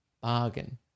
bargain